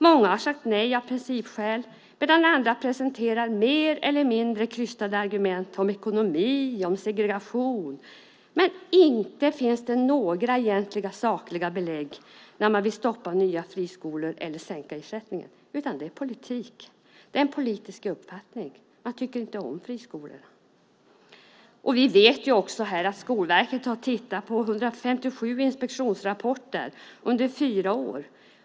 Många har sagt nej av principskäl, medan andra presenterat mer eller mindre krystade argument om ekonomi eller segregation - inte finns det några egentliga, sakliga belägg när man vill stoppa nya friskolor eller sänka ersättningen. Det är politik, en politisk uppfattning. Man tycker inte om friskolor. Vi vet dessutom att Skolverket har tittat på 157 inspektionsrapporter under fyra år.